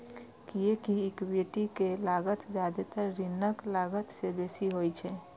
कियैकि इक्विटी के लागत जादेतर ऋणक लागत सं बेसी होइ छै